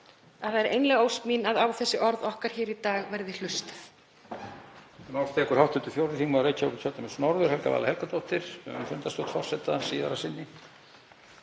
það er einlæg ósk mín að á þessi orð okkar hér í dag verði hlustað.